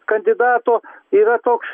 kandidato yra toks